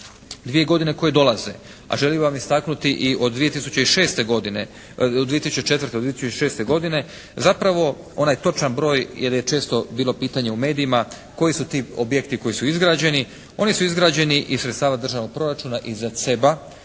dvije godine koje dolaze, a želim vam istaknuti i od 2006. godine, od 2004. do 2006. godine zapravo onaj točan broj jer je često bilo pitanje u medijima, koji su ti objekti koji su izgrađeni. Oni su izgrađeni iz sredstava državnog proračuna iz